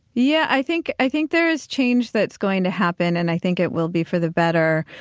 yeah, i think i think there is change that's going to happen, and i think it will be for the better.